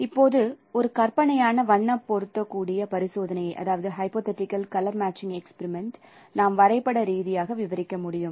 இப்போது ஒரு கற்பனையான வண்ண பொருந்தக்கூடிய பரிசோதனையை நாம் வரைபட ரீதியாக விவரிக்க முடியும்